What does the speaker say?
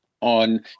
on